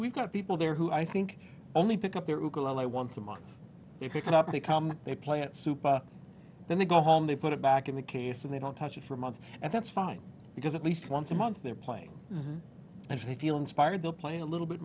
we've got people there who i think only pick up their i once a month if you can up they come they play at super then they go home they put it back in the case and they don't touch it for months and that's fine because at least once a month they're playing and if they feel inspired they'll play a little bit